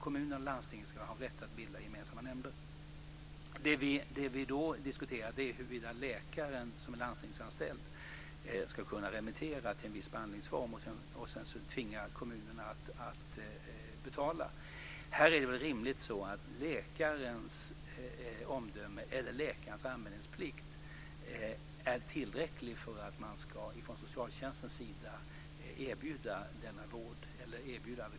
Kommuner och landsting ska ha rätt att bilda gemensamma nämnder. Det vi då diskuterar är om läkaren, som är landstingsanställd, ska kunna remittera till en viss behandlingsform och sedan tvinga kommunerna att betala. Här är det rimligen så att läkarens omdöme eller läkarens anmälningsplikt är tillräcklig för att man från socialtjänstens sida ska erbjuda adekvat vård.